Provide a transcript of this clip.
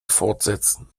fortsetzen